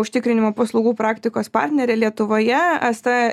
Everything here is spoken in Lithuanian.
užtikrinimo paslaugų praktikos partnerė lietuvoje asta